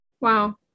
Wow